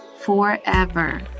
forever